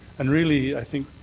and, really, i think